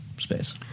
space